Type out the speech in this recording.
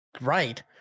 right